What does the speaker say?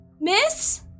Miss